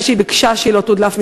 שהיא ביקשה כמה פעמים שהיא לא תודלף?